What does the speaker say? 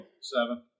Seven